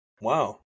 Wow